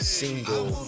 single